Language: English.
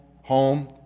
home